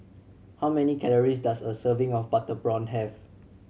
how many calories does a serving of butter prawn have